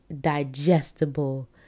digestible